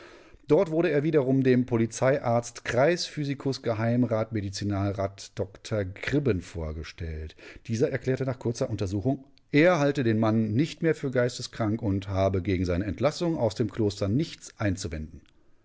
dort wurde er wiederum dem polizeiarzt kreisphysikus geh medizinalrat dr kribben vorgestellt dieser erklärte nach kurzer untersuchung er halte den mann nicht mehr für geisteskrank und habe gegen seine entlassung aus dem kloster nichts einzuwenden